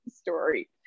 story